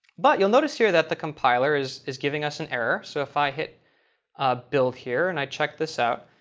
but you'll notice here that the compiler is is giving us an error. so if i hit ah build here and i check this out,